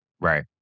Right